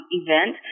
event